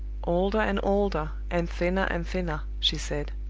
older and older, and thinner and thinner! she said.